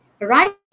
Right